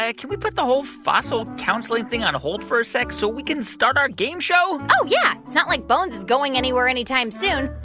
can we put the whole fossil counselling thing on hold for a sec so we can start our game show? oh, yeah. it's not like bones is going anywhere anytime soon.